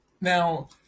Now